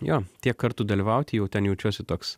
jo tiek kartų dalyvauti jau ten jaučiuosi toks